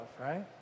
right